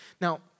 Now